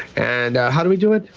and how did we do it?